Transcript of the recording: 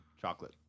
chocolate